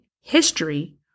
history